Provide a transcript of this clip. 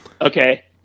Okay